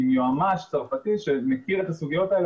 עם יועץ משפטי צרפתי שמכיר את הסוגיות האלה